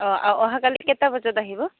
অঁ অঁ অহাকালিত কেইটা বজাত আহিব